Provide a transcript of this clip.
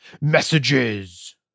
messages